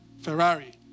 Ferrari